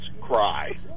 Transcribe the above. cry